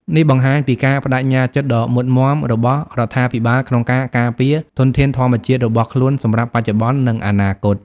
នេះបង្ហាញពីការប្តេជ្ញាចិត្តដ៏មុតមាំរបស់រដ្ឋាភិបាលក្នុងការការពារធនធានធម្មជាតិរបស់ខ្លួនសម្រាប់បច្ចុប្បន្ន និងអនាគត។